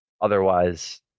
Otherwise